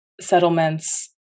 settlements